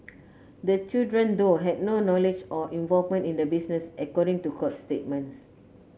the children though had no knowledge or involvement in the business according to court statements